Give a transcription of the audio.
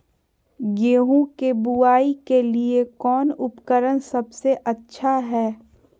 गेहूं के बुआई के लिए कौन उपकरण सबसे अच्छा है?